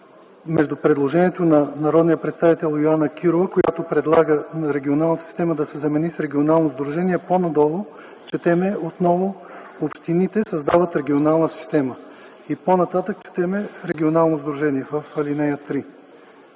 между предложението на народния представител Йоана Кирова, която предлага „регионалната система” да се замени с „регионално сдружение”. По-надолу четем отново „общините създават регионална система”. И по-нататък в ал. 3 четем „регионално сдружение”. Струва ми